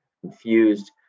confused